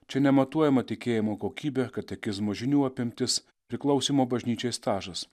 čia ne matuojama tikėjimo kokybė katekizmo žinių apimtis priklausymo bažnyčiai stažas